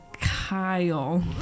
Kyle